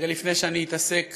רגע לפני שאני אתעסק